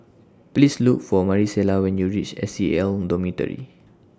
Please Look For Marisela when YOU REACH S C A L Dormitory